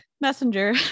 messenger